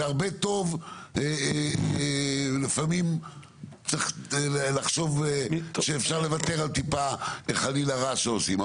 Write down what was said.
שהרבה טוב ולפעמים צריך לחשוב שאפשר לוותר על טיפה חלילה רע שעושים.